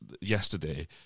yesterday